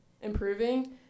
improving